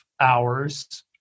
hours